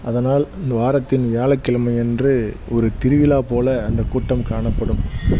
அதனால் வாரத்தின் வியாழக்கிழமை அன்று ஒரு திருவிழா போல அந்த கூட்டம் காணப்படும்